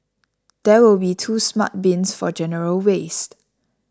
there will be two smart bins for general waste